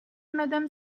madame